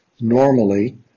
Normally